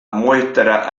muestra